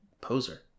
poser